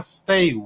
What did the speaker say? stay